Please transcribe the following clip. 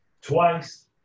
twice